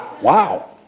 wow